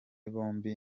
bombi